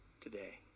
today